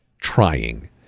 trying